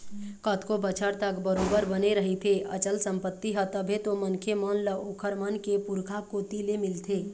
कतको बछर तक बरोबर बने रहिथे अचल संपत्ति ह तभे तो मनखे मन ल ओखर मन के पुरखा कोती ले मिलथे